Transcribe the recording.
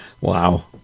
wow